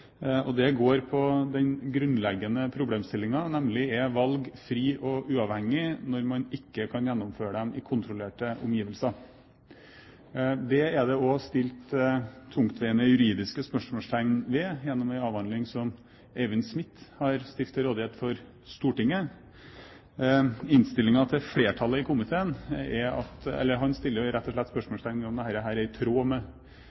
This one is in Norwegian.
e-valg. Det går på den grunnleggende problemstillingen, nemlig om valg er frie og uavhengige når man ikke kan gjennomføre dem i kontrollerte omgivelser. Det er det også satt tungtveiende juridiske spørsmålstegn ved gjennom en avhandling som professor Eivind Smith har stilt til rådighet for Stortinget. Han setter rett og slett spørsmålstegn ved om dette er i tråd med